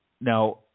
Now